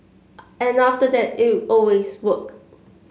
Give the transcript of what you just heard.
and after that it always worked